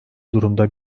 durumda